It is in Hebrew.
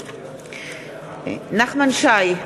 נגד נחמן שי,